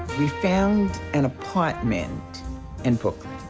we found an apartment in brooklyn.